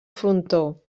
frontó